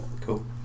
Cool